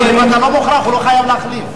אתה לא מוכרח, הוא לא חייב להחליף.